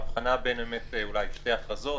אולי בהבחנה בין שתי ההכרזות,